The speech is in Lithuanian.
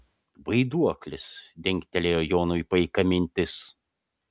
vaiduoklis dingtelėjo jonui paika mintis